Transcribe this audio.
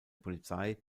polizei